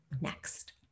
next